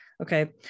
Okay